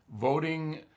voting